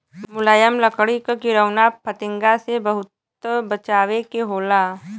मुलायम लकड़ी क किरौना फतिंगा से बहुत बचावे के होला